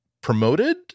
promoted